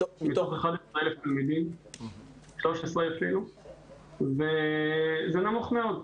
וזאת מתוך 11,000 תלמידים ואפילו 13,000. זה נמוך מאוד.